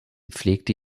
pflegte